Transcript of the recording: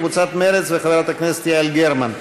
קבוצת סיעת מרצ וחברת הכנסת יעל גרמן.